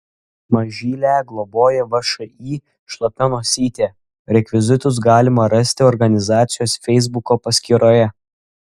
mažylę globoja všį šlapia nosytė rekvizitus galima rasti organizacijos feisbuko paskyroje